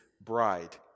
bride